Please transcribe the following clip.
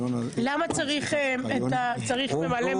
למה צריך ממלא מקום?